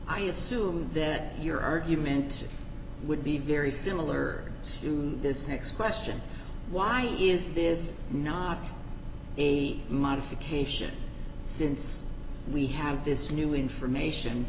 i assume that your argument would be very similar to this next question why is this not a modification since we have this new information